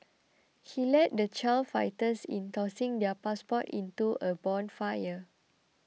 he led the child fighters in tossing their passports into a bonfire